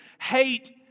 hate